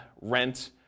rent